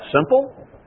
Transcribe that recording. simple